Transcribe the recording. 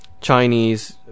Chinese